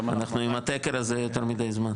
אנחנו עם התקר הזה, יותר מידי זמן.